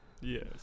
Yes